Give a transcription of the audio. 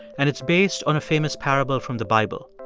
and it's based on a famous parable from the bible.